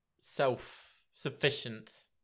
self-sufficient